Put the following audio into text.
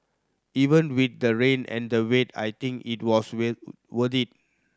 even with the rain and the wait I think it was with worth it